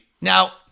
Now